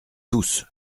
tous